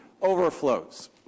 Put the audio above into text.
Overflows